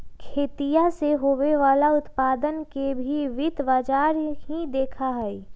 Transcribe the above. खेतीया से होवे वाला उत्पादन के भी वित्त बाजार ही देखा हई